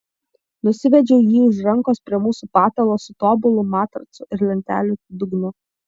nusivedžiau jį už rankos prie mūsų patalo su tobulu matracu ir lentelių dugnu